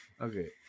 Okay